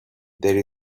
there